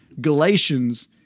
Galatians